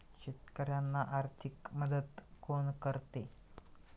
शेतकऱ्यांना आर्थिक मदत कोण करते?